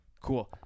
cool